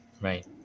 Right